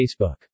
Facebook